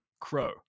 crow